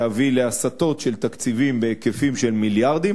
להביא להסטות של תקציבים בהיקפים של מיליארדים,